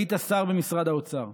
היית שר במשרד האוצר.